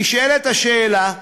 נשאלת השאלה: